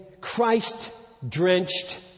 Christ-drenched